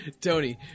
Tony